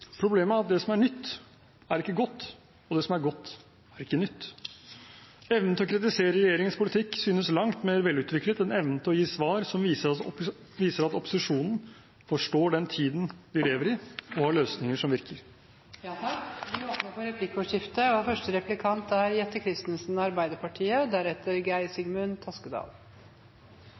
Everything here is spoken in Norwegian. Problemet er at det som er nytt, er ikke godt, og det som er godt, er ikke nytt. Evnen til å kritisere regjeringens politikk synes langt mer velutviklet enn evnen til å gi svar som viser at opposisjonen forstår den tiden vi lever i, og har løsninger som virker. Det blir replikkordskifte. Arbeiderpartiet er opptatt av ting som virker, og av at vi skal begynne med det – og